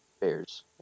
Bears